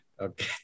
Okay